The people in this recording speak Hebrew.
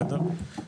בסדר?